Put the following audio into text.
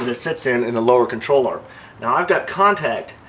and sits in, in the lower control arm now i've got contact,